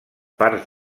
parts